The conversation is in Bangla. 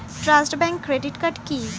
ট্রাস্ট ব্যাংক ক্রেডিট কার্ড কি?